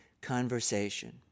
conversation